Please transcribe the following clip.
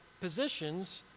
positions